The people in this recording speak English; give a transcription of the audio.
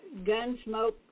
Gunsmoke